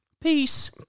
Peace